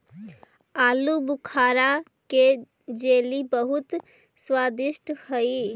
आलूबुखारा के जेली बहुत स्वादिष्ट हई